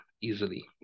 easily